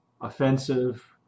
offensive